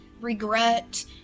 regret